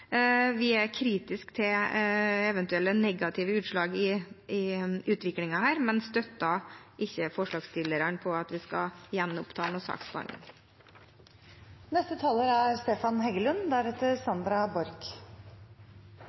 Vi er kritiske til eventuelle negative utslag i utviklingen her, men støtter ikke forslagsstillerne i at vi skal gjenoppta